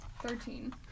Thirteen